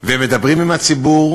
וקראת את הנתונים,